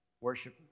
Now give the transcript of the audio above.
worship